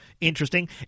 interesting